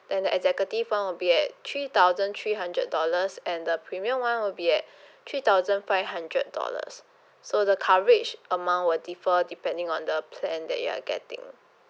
and the executive [one] will be at three thousand three hundred dollars and the premium [one] will be at three thousand five hundred dollars so the coverage amount will differ depending on the plan that you're getting